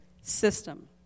system